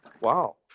Wow